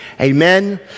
Amen